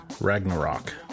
Ragnarok